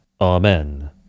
Amen